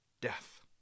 Death